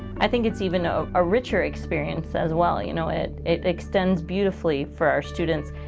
i think it's even a ah richer experience as well. you know it it extends beautifully for our students,